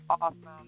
awesome